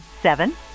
Seven